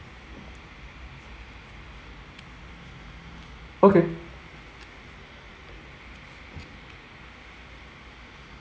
okay